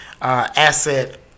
asset